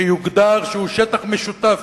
שיוגדר שהוא שטח משותף